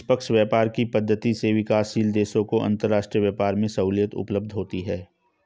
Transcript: निष्पक्ष व्यापार की पद्धति से विकासशील देशों को अंतरराष्ट्रीय व्यापार में सहूलियत उपलब्ध होती है